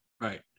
Right